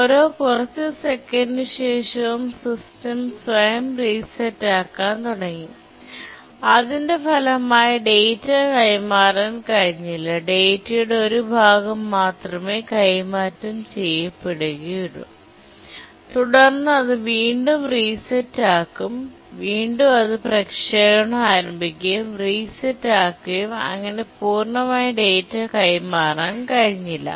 ഓരോ കുറച്ച് സെക്കൻഡിനുശേഷവും സിസ്റ്റം സ്വയം റീസെട് ആക്കാൻ തുടങ്ങി അതിന്റെ ഫലമായി ഡാറ്റ കൈമാറാൻ കഴിഞ്ഞില്ല ഡാറ്റയുടെ ഒരു ഭാഗം മാത്രമേ കൈമാറ്റം ചെയ്യപ്പെടുകയുള്ളൂ തുടർന്ന് അത് വീണ്ടും റീസെട് ആക്കും വീണ്ടും അത് പ്രക്ഷേപണം ആരംഭിക്കുകയും റീസെട് ആക്കുകയും അങ്ങനെ പൂർണ്ണമായ ഡാറ്റ കൈമാറാൻ കഴിഞ്ഞില്ല